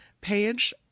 page